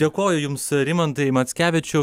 dėkoju jums rimantai mackevičiau